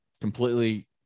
completely